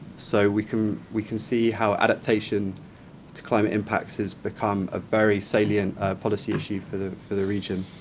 so we can we can see how adaptation to climate impacts has become a very salient policy issue for the for the region.